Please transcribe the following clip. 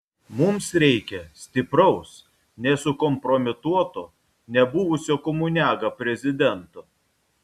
mums reikia stipraus nesukompromituoto nebuvusio komuniaga prezidento